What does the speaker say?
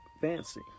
fancy